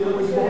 נאמר לי שאני,